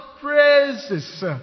Praises